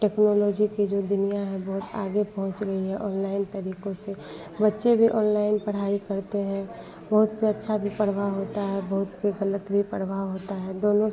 technology की जो दुनिया है बहुत आगे पहुँच गई है ऑनलाइन तरीकों से बच्चे भी ऑनलाइन पढ़ाई करते हैं बहुत पर अच्छा भी परवाह होता है बहुत पर गलत भी प्रभाव होता है दोनों